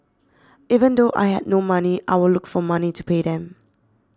even though I had no money I would look for money to pay them